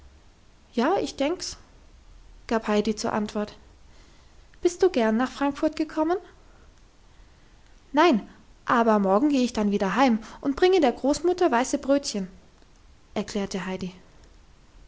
ja ich denk's gab heidi zur antwort bist du gern nach frankfurt gekommen fragte klara weiter nein aber morgen geh ich dann wieder heim und bringe der großmutter weiße brötchen erklärte heidi